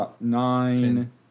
nine